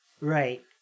Right